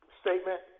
statement